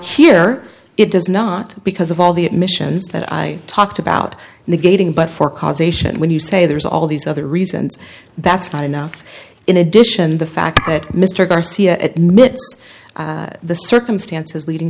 now here it is not because of all the admissions that i talked about negating but for causation when you say there's all these other reasons that's not enough in addition the fact that mr garcia admits the circumstances leading